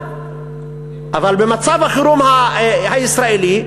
אבל במצב החירום הישראלי,